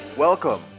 Welcome